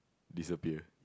disappear